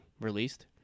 released